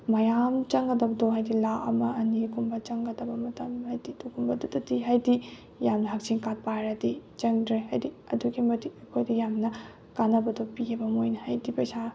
ꯃꯌꯥꯝ ꯆꯪꯒꯗꯕꯗꯣ ꯍꯥꯏꯗꯤ ꯂꯥꯛ ꯑꯃ ꯑꯅꯤꯒꯨꯝꯕ ꯆꯪꯒꯗꯕ ꯃꯇꯝ ꯍꯥꯏꯗꯤ ꯑꯗꯨꯒꯨꯝꯕꯗꯨꯗꯤ ꯍꯥꯏꯗꯤ ꯌꯥꯝꯅ ꯍꯛꯁꯦꯜ ꯀꯥꯠ ꯄꯥꯏꯔꯗꯤ ꯆꯪꯗ꯭ꯔꯦ ꯍꯥꯏꯗꯤ ꯑꯗꯨꯛꯀꯤ ꯃꯇꯤꯛ ꯑꯩꯈꯣꯏꯗ ꯌꯥꯝꯅ ꯀꯥꯟꯅꯕꯗꯣ ꯄꯤꯑꯕ ꯃꯣꯏꯅ ꯍꯥꯏꯗꯤ ꯄꯩꯁꯥ